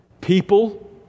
People